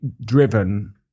driven